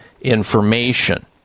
information